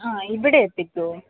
ആ ഇവിടെ എത്തിക്കുമോ